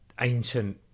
ancient